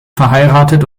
verheiratet